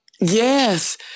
Yes